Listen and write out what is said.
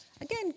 Again